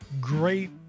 great